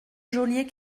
geôlier